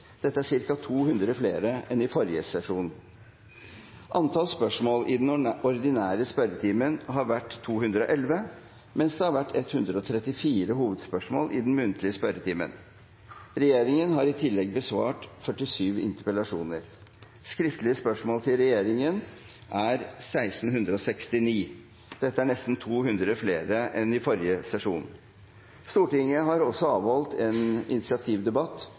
Antall spørsmål i den ordinære spørretimen har vært 211, mens det har vært 134 hovedspørsmål i den muntlige spørretimen. Regjeringen har i tillegg besvart 47 interpellasjoner. Antall skriftlige spørsmål til regjeringen er 1 669. Det er nesten 200 flere enn i forrige sesjon. Stortinget har også avholdt en initiativdebatt